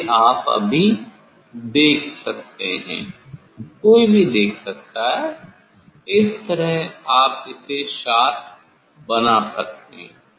जिसे आप अभी देख सकते हैं कोई भी देख सकता है इस तरह आप इसे शार्प बना सकते हैं